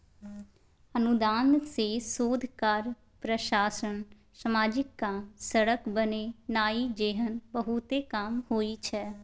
अनुदान सँ शोध कार्य, प्रकाशन, समाजिक काम, सड़क बनेनाइ जेहन बहुते काम होइ छै